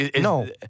No